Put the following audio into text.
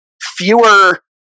fewer